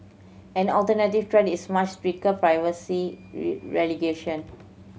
an alternative threat is much stricter privacy